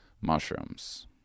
mushrooms